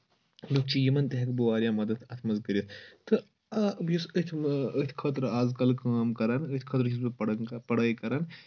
لُکھ چھِ یِمَن تہِ ہیٚکہٕ بہٕ واریاہ مَدَد اَتھ منٛز کٔرِتھ تہٕ یُس أتھۍ أتھۍ خٲطرٕ آز کَل کٲم کَران أتھۍ خٲطرٕ چھُس بہٕ پَڑان پَڑٲے کَران